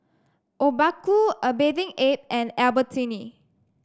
Obaku A Bathing Ape and Albertini